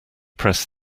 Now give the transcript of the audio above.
press